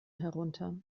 herunter